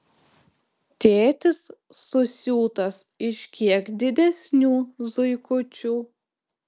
tėtis susiūtas iš kiek didesnių zuikučių